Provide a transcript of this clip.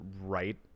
right